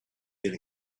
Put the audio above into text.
been